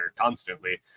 constantly